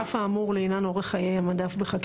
לאחר המילים "לקביעת אורך חיי מדף"